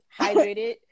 hydrated